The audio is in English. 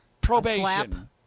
Probation